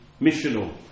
missional